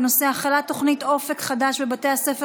בנושא: החלת תוכנית אופק חדש בבתי הספר